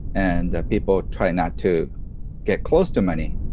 and people try not to get close to money,